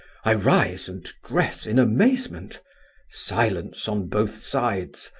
i rise and dress in amazement silence on both sides.